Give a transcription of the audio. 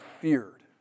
feared